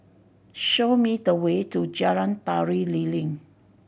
show me the way to Jalan Tari Lilin